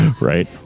Right